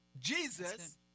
Jesus